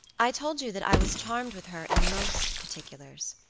i told you that i was charmed with her in most particulars.